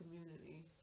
community